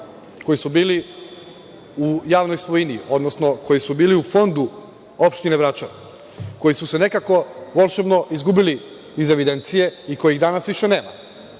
koji su bili u javnoj svojini, odnosno koji su bili u fondu opštine Vračar, koji su se nekako volšebno, izgubili iz evidencije i kojih danas više nema.